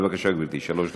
בבקשה, גברתי, שלוש דקות.